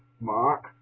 Mark